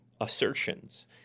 assertions